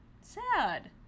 sad